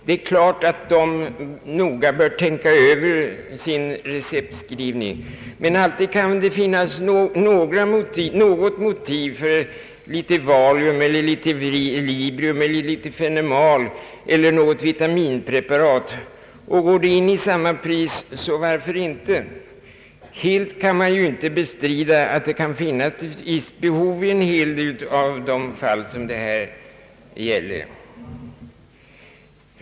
Det är klart att de bör tänka över sin receptskrivning, men alltid kan det finnas något motiv för litet valium, dibrium, fenemal eller något vitaminpreparat, och går det in i samma pris, så varför inte. Helt kan man inte bestrida att det kan finnas ett visst behov i en hel del av de fall det här gäller.